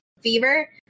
fever